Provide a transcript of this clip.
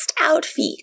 outfit